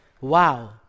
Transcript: Wow